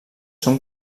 són